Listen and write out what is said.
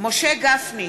משה גפני,